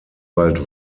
bald